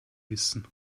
wissen